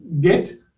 get